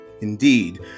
Indeed